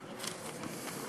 טבת.